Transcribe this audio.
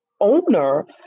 owner